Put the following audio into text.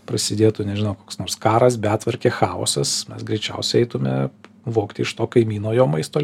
prasidėtų nežinau koks nors karas betvarkė chaosas mes greičiausiai eitume vogti iš to kaimyno jo maisto